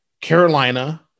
Carolina